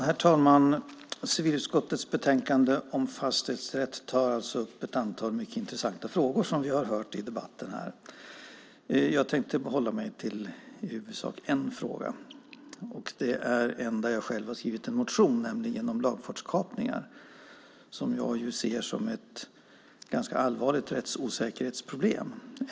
Herr talman! I civilutskottets betänkande om fastighetsrätt tas ett antal mycket intressanta frågor upp, som vi ju hört i debatten här. I huvudsak tänker jag hålla mig till en fråga som jag själv har en motion om. Det gäller lagfartskapningar, som jag ser som ett ganska allvarligt rättsosäkerhetsproblem.